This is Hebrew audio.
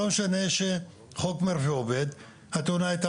לא משנה שחוק מרפי עובד התאונה הייתה